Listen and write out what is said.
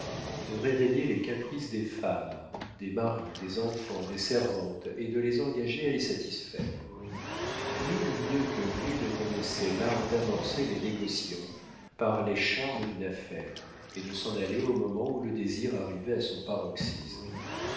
de réveiller les caprices des femmes des maris des enfants des servantes et de les engager à les satisfaire nul mieux que lui ne connaissait l'art d'amorcer les négociants par les charmes d'une affaire et de s'en aller au moment où le désir arrivait à son paroxysme